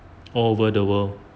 all over the world